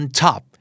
top